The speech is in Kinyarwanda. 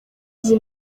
izi